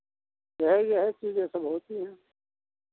यही यही चीज़ें सब होती हैं